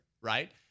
right